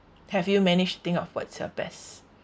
have you manage think of what's your best